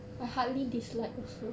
I hardly dislike also